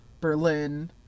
Berlin